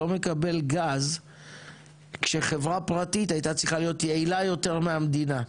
לא מקבל גז כשחברה פרטית הייתה צריכה להיות יעילה יותר מהמדינה.